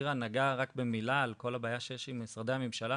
שירה נגעה רק במילה על כל הבעיה שיש עם משרדי הממשלה,